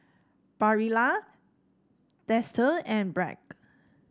Barilla Dester and Bragg